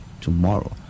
tomorrow